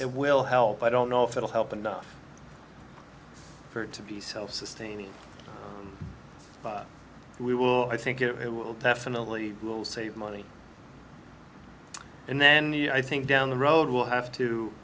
it will help i don't know if it'll help enough for it to be self sustaining but we will i think it will definitely will save money and then i think down the road we'll